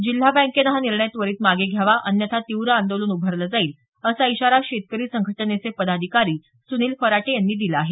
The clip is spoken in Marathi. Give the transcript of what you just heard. जिल्हा बँकेनं हा निर्णय त्वरित मागे घ्यावा अन्यथा तीव्र आंदोलन उभारले जाईल असा इशारा शेतकरी संघटनेचे पदाधिकारी सुनील फराटे यांनी दिला आहे